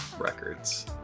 records